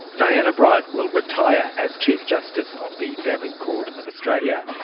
diana bryant will retire as chief justice of the family court of australia.